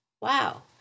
Wow